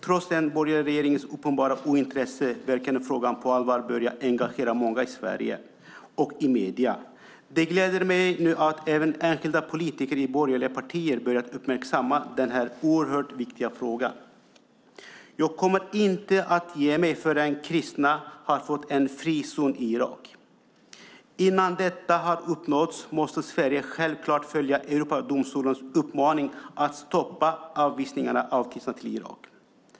Trots den borgerliga regeringens uppenbara ointresse verkar nu frågan på allvar börja engagera många i Sverige och i medierna. Det gläder mig att nu även enskilda politiker i borgerliga partier börjat uppmärksamma den här oerhört viktiga frågan. Jag kommer inte att ge mig förrän kristna har fått en frizon i Irak. Innan detta har uppnåtts måste Sverige självklart följa Europadomstolens uppmaning att stoppa avvisningarna av kristna till Irak.